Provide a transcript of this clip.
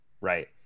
right